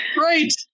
right